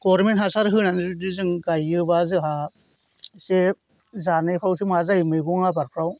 government हासार होनानै जुदि जों गायोबा एसे जानायफोरावसो माबा जायो मैगं आबादफ्राव